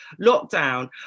lockdown